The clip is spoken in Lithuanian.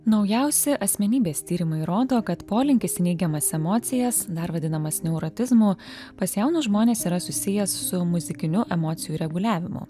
naujausi asmenybės tyrimai rodo kad polinkis į neigiamas emocijas dar vadinamas neuratizmu pas jaunus žmones yra susijęs su muzikiniu emocijų reguliavimu